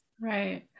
Right